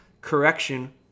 correction